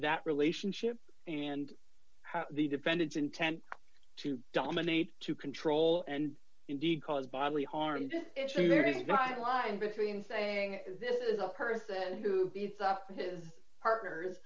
that relationship and the defendant's intent to dominate to control and indeed cause bodily harm so there is not a line between saying this is a person who beats up his partners